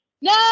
No